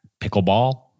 Pickleball